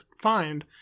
find